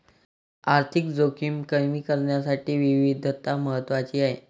आर्थिक जोखीम कमी करण्यासाठी विविधता महत्वाची आहे